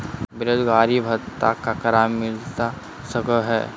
बेरोजगारी भत्ता ककरा मिलता सको है?